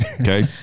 okay